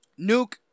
Nuke